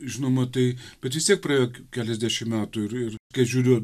žinoma tai bet vis tiek praėjo keliasdešim metų ir ir kai žiūriu